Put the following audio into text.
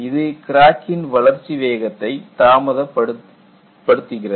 இது கிராக்கின் வளர்ச்சி வேகத்தை தாமதப்படுத்துகிறது